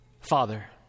Father